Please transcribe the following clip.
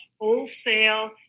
wholesale